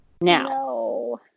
Now